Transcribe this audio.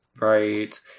Right